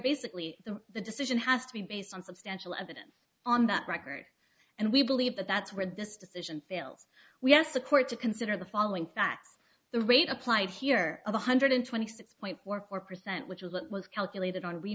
basically the the decision has to be based on substantial evidence on that record and we believe that that's where this decision fails we asked the court to consider the following that the rate applied here of one hundred twenty six point four four percent which was that was calculated on